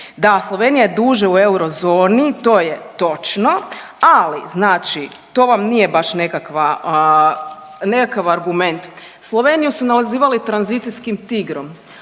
Da, Slovenija je duže u eurozoni to je točno, ali znači to vam nije baš nekakav argument. Sloveniju su nazivali tranzicijskim tigrom,